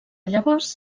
llavors